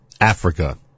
Africa